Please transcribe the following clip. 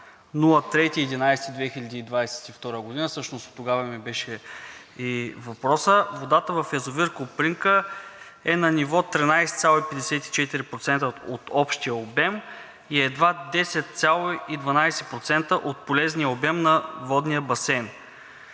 2022 г., всъщност оттогава ми беше и въпросът, водата в язовир „Копринка“ е на ниво 13,54% от общия обем и едва 10,12% от полезния обем на водния басейн.